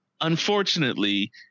unfortunately